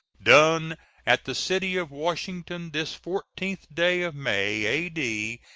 done at the city of washington, this fourteenth day of may, a d.